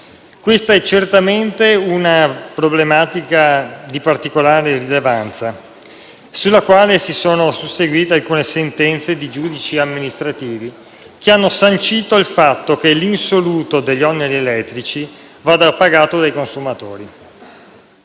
reti. È certamente questa una problematica di particolare rilevanza, rispetto alla quale si sono susseguite alcune sentenze di giudici amministrativi che hanno sancito il fatto che l'insoluto degli oneri elettrici vada pagato dai consumatori.